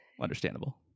Understandable